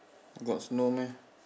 got snow meh